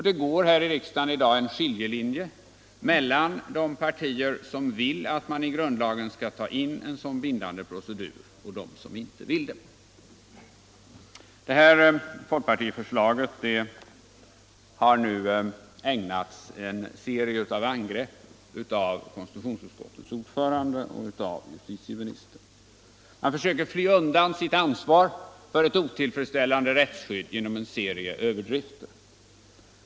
Det går här i riksdagen i dag en skiljelinje mellan de partier som vill ta in en sådan bindande procedur i grundlagen och de partier som inte vill det. Det här folkpartiförslaget har nu ägnats en serie av angrepp från konstitu 67 tionsutskottets ordförande och justitieministern. Man försöker fly undan sitt ansvar för ett otillfredsställande rättsskydd genom en serie överdrifter.